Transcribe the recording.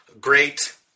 Great